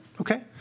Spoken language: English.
okay